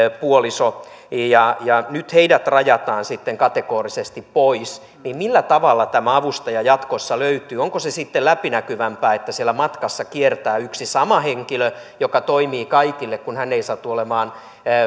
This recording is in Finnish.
puoliso ja ja nyt heidät rajataan sitten kategorisesti pois millä tavalla tämä avustaja jatkossa löytyy onko se sitten läpinäkyvämpää että siellä matkassa kiertää yksi sama henkilö joka toimii kaikille kun hän ei satu olemaan